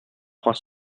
trois